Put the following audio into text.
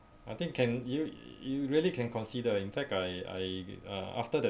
I think can you you really can consider in fact I I uh after that